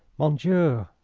mon dieu!